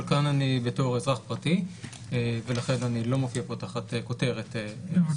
אבל כאן אני בתור אזרח פרטי ולכן אני לא מופיע פה תחת כותרת מסוימת.